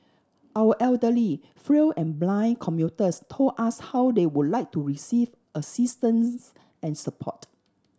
our elderly frail and blind commuters told us how they would like to receive assistance and support